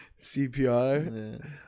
CPR